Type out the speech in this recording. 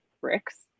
bricks